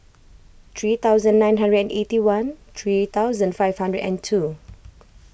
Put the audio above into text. three thousand nine hundred and eighty one three thousand five hundred and two